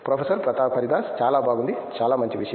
professor Pratap Haridas చాలా బాగుంది చాలా మంచి విషయం